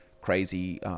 crazy –